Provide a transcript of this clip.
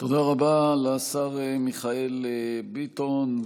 תודה רבה לשר מיכאל ביטון.